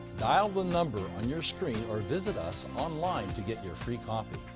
dial the number on your screen or visit us online to get your free copy.